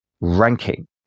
ranking